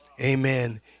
amen